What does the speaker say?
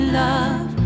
love